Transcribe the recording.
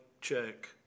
check